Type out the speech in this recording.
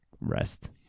rest